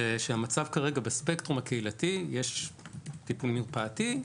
ושהמצב כרגע בספקטרום הקהילתי, יש טיפול מרפאתי,